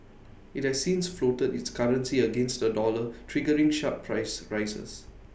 IT has since floated its currency against the dollar triggering sharp price rises